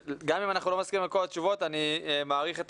גם אם אנחנו לא מסכימים על כל התשובות אני מעריך את